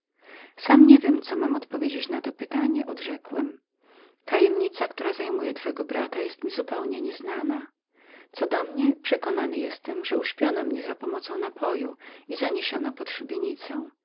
sam niewiem co mam odpowiedzieć na to zapytanie odrzekłem tajemnica o którą troszczy się twój brat jest mi zupełnie nieznaną co do mnie przekonany jestem że uśpiono mnie za pomocą napoju i zaniesiono pod